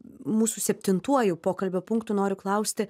mūsų septintuoju pokalbio punktu noriu klausti